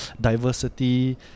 diversity